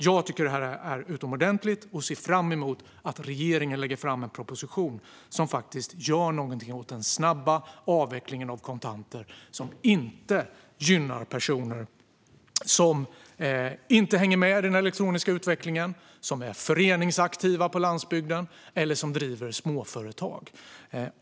Jag tycker att detta är utomordentligt och ser fram emot att regeringen lägger fram en proposition som faktiskt gör någonting åt den snabba avvecklingen av kontanter, som inte gynnar personer som inte hänger med i den elektroniska utvecklingen, personer som är föreningsaktiva på landsbygden eller personer som driver småföretag.